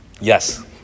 Yes